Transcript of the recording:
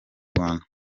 rwanda